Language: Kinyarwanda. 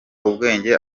ubwenge